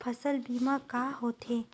फसल बीमा का होथे?